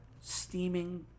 steaming